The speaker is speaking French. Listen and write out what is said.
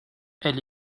elle